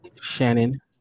Shannon